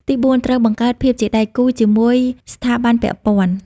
ទីបួន ត្រូវ បង្កើតភាពជាដៃគូជាមួយស្ថាប័នពាក់ព័ន្ធ។